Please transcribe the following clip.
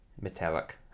metallic